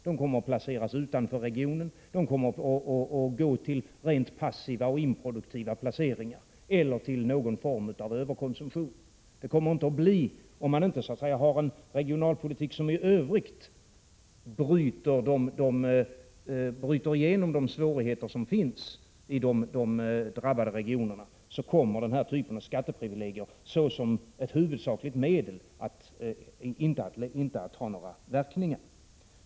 De kommer att placeras utanför regionen, de kommer att gå till rent passiva och improduktiva placeringar eller till någon form av överkonsumtion. Om man inte har en regionalpolitik som i övrigt bryter igenom de svårigheter som finns i de drabbade regionerna, kommer denna typ av skatteprivilegier som ett huvudsakligt medel inte att ha några verkningar.